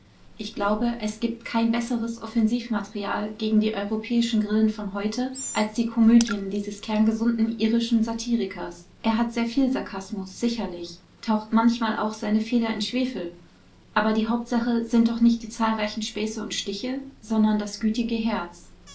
ich glaube es gibt kein besseres offensivmaterial gegen die europäischen grillen von heute als die komödien dieses kerngesunden irischen satirikers er hat sehr viel sarkasmus sicherlich taucht manchmal auch seine feder in schwefel aber die hauptsache sind doch nicht die zahlreichen späße und stiche sondern das gütige herz